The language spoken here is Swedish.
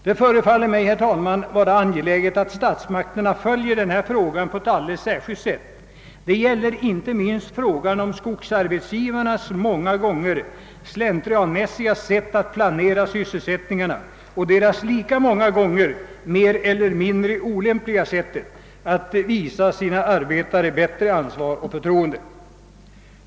Det förefaller mig, herr talman, vara angeläget att statsmakterna uppmärksamt följer denna fråga; det gäller inte minst skogsarbetsgivarnas många gånger slentrianmässiga sätt att planera sysselsättningen och deras mer eller mindre stora brist på ansvar för sina arbetare.